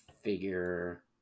figure